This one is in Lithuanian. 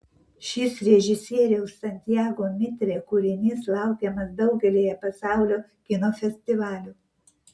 šis režisieriaus santiago mitre kūrinys laukiamas daugelyje pasaulio kino festivalių